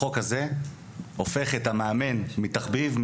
החוק הזה הופך את המאמן מתחביב,